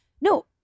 No